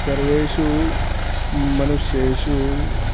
सर्वेषु मनुष्येषु